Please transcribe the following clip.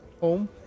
home